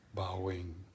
Bowing